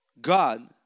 God